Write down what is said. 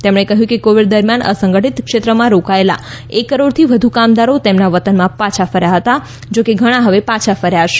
તેમણે કહ્યું કે કોવીડ દરમ્યાન અસંગઠિત ક્ષેત્રમાં રોકાયેલા એક કરોડથી વધુ કામદારો તેમના વતનમાં પાછા ફર્યા હતા જો કે ઘણા હવે પાછા ફર્યા છે